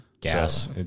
Gas